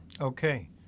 okay